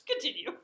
Continue